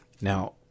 Now